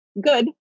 good